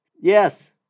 Yes